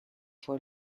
fue